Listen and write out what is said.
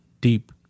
deep